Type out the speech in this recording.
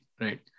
right